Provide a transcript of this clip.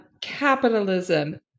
capitalism